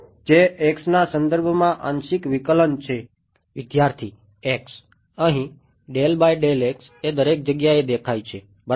જે X ના સંદર્ભમાં આંશિક વિકલન છે વિદ્યાર્થીx અહીં એ દરેક જગ્યાએ દેખાય છે બરાબર